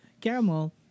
caramel